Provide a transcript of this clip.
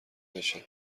بشه